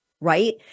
Right